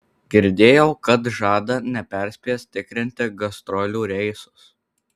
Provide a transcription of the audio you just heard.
girdėjau kad žada neperspėjęs tikrinti gastrolių reisus